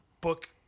book